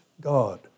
God